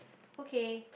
okay